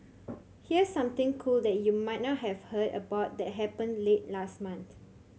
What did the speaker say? here's something cool that you might not have heard about that happened late last month